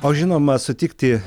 o žinoma sutikti